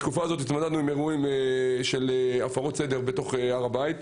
בתקופה הזאת התמודדנו עם אירועים של הפרות סדר בתוך הר הבית.